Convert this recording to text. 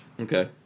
Okay